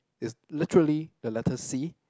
is literally the letter C